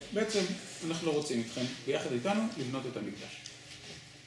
בעצם אנחנו רוצים איתכם ביחד איתנו לבנות את המקדש